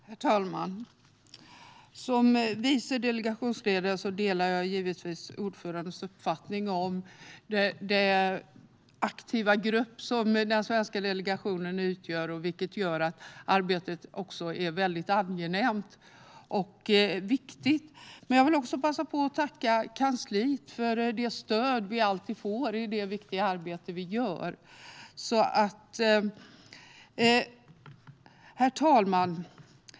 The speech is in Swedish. Herr talman! Jag är vice delegationsledare och delar givetvis ordförandens uppfattning om att den svenska delegationen utgör en aktiv grupp. Det gör att arbetet är angenämt och viktigt. Jag vill också passa på att tacka kansliet för det stöd som vi alltid får i vårt viktiga arbete. Herr talman!